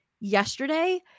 yesterday